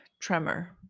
tremor